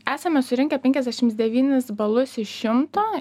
esame surinkę penkiasdešims devynis balus iš šimto